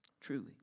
truly